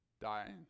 dying